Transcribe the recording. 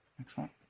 Excellent